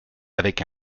avec